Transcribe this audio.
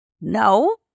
No